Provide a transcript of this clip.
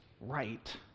right